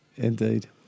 indeed